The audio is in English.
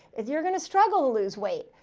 if you're going to struggle to lose weight.